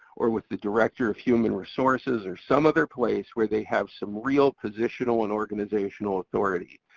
or with the director of human resources, or some other place where they have some real positional and organizational authority.